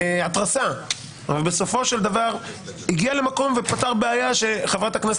התרסה ובסופו של דבר הגיע למקום ופתר בעיה שחברת הכנסת